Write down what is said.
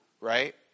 right